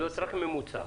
רק ממוצע.